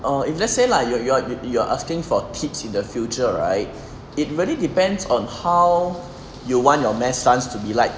err if let's say lah like you are you are you are asking for tips in the future right it really depends on how you want your mass dance to be like